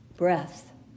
Breath